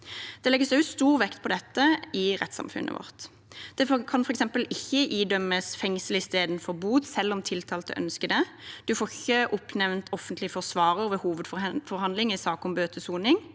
Det legges også stor vekt på dette i rettssamfunnet vårt. Det kan f.eks. ikke idømmes fengsel istedenfor bot, selv om tiltalte ønsker det. Man får ikke oppnevnt offentlig forsvarer ved hovedforhandling i saker om bøtesoning,